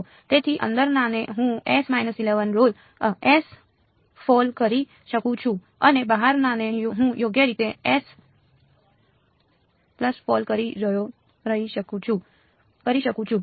તેથી અંદરનાને હું કૉલ કરી શકું છું અને બહારનાને હું યોગ્ય રીતે કૉલ કરી શકું છું